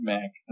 Mac